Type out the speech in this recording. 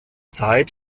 zeit